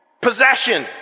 Possession